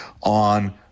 on